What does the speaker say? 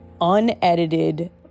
unedited